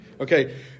Okay